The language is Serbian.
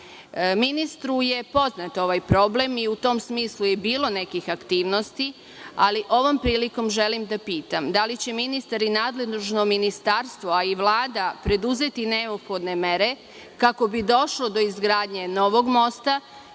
Ministru je poznat ovaj problem i u tom smislu bilo nekih aktivnosti, ali ovom prilikom želim da pitam da li će ministar i nadležno ministarstvo, a i Vlada preduzeti neophodne mere kako bi došlo do izgradnje novog mosta,